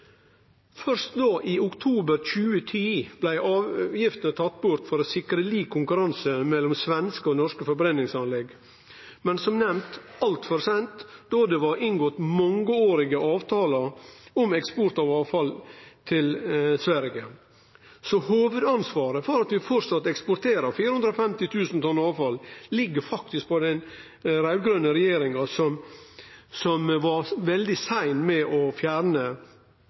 Først i oktober 2010 blei avgifta tatt bort for å sikre lik konkurranse mellom svenske og norske forbrenningsanlegg, men som nemnt var det altfor seint, fordi det var inngått mangeårige avtalar om eksport av avfall til Sverige. Så hovudansvaret for at vi framleis eksporterer 450 000 tonn avfall, ligg faktisk hos den raud-grøne regjeringa, som var veldig sein med å fjerne